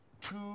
two